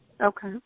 Okay